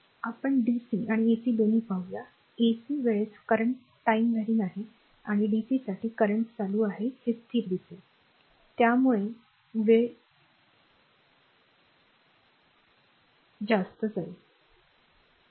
आपण डीसी आणि एसी दोन्ही पाहुया एसी वेळेस करंट टाईम वॉरिंग आहे आणि डीसीसाठी करंट चालू आहे हे स्थिर दिसेल त्यामुळे वेळ युद्ध होणार नाही